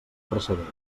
precedent